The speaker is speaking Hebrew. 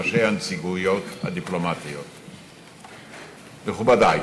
ראשי הנציגויות הדיפלומטיות, מכובדי,